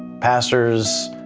pastors,